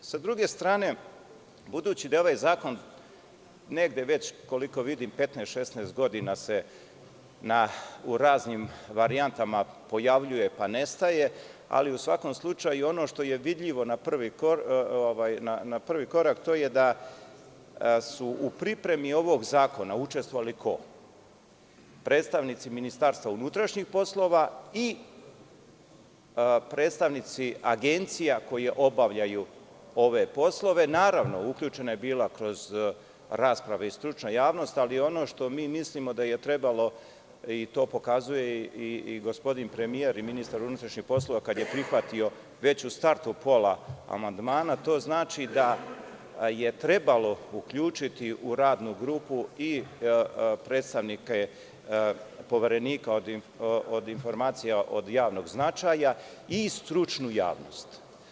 Sa druge strane, budući da je ovaj zakon negde već, koliko vidim, 15, 16, godina se u raznim varijantama pojavljuje pa nestaje ali, u svakom slučaju, ono što je vidljivo na prvi korak to je da su u pripremi ovog zakona učestvovali ko – predstavnici MUP i predstavnici agencija koje obavljaju ove poslove, naravno, uključena je bila kroz rasprave i stručna javnost, ali ono što mi mislimo da je trebalo, to pokazuje i gospodin premijer i ministar unutrašnjih poslova kada je prihvatio već u startu pola amandmana, to znači da je trebalo uključiti u radnu grupu i predstavnike Poverenika od informacija od javnog značaja i stručnu javnost.